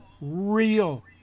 real